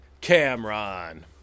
Cameron